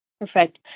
Perfect